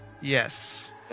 Yes